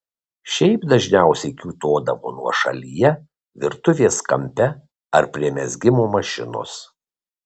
šiaip dažniausiai kiūtodavo nuošalyje virtuvės kampe ar prie mezgimo mašinos